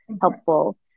helpful